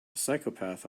psychopath